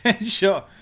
Sure